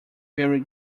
very